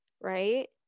right